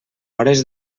hores